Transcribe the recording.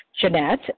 Jeanette